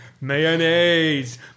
Mayonnaise